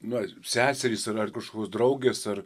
na seserys ar ar kažkoks draugės ar